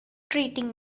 treating